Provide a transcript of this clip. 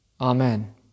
Amen